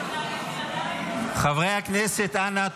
חברי הכנסת, אנא.